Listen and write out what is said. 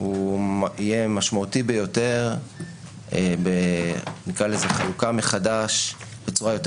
יהיה משמעותי ביותר בחלוקה מחדש בצורה יותר